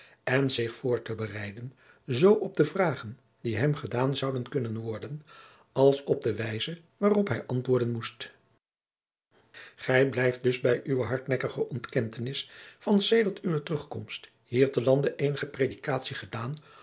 en zich voor te bereiden zoo op de vragen die hem gedaan zouden kunnen worden als op de wijze waarop hij antwoorden moest gij blijft dus bij uwe hardnekkige ontkentenis van sedert uwe terugkomst hier te lande eenige predikatie gedaan